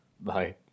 Bye